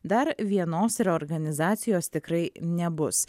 dar vienos reorganizacijos tikrai nebus